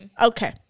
okay